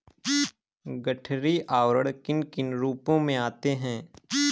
गठरी आवरण किन किन रूपों में आते हैं?